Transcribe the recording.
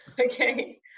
Okay